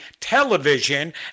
television